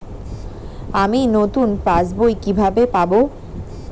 আমি নতুন পাস বই কিভাবে পাব?